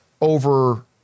over